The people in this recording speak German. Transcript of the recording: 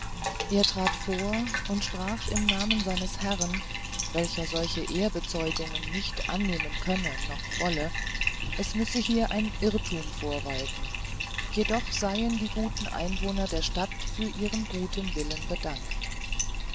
er trat vor und sprach im namen seines herrn welcher solche ehrenbezeugungen nicht annehmen könne noch wolle es müsse hier ein irrtum vorwalten jedoch seien die guten einwohner der stadt für ihren guten willen bedankt